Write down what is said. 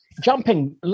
jumping